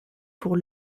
pour